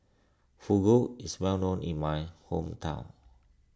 Fugu is well known in my hometown